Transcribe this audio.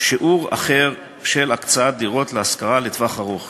שיעור אחר של הקצאת דירות להשכרה לטווח ארוך